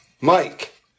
Mike